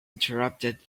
interrupted